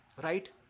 Right